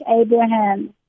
Abraham